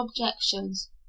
objections